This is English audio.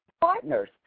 partners